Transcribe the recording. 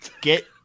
Get